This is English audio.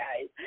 guys